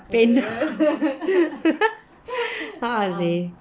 PayNow uh uh seh